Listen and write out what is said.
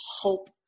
hope